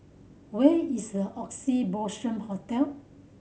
where is Oxley Blossom Hotel